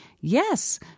Yes